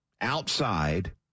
outside